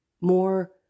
more